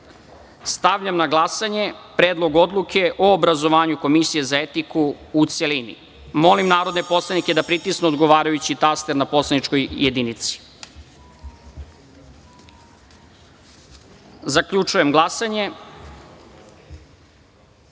na glasanje Predlog odluke o obrazovanju Komisije za etiku, u celini. Molim narodne poslanike da pritisnu odgovarajući taster na poslaničkoj jedinici. Zaključujem glasanje: